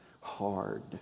hard